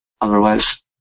otherwise